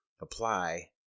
apply